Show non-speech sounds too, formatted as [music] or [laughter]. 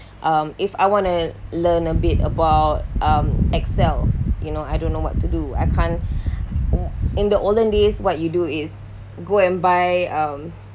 um if I want to learn a bit about um excel you know I don't know what to do I can't [breath] [noise] in the olden days what you do is go and buy um